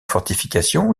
fortification